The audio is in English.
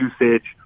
usage